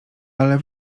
ale